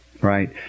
Right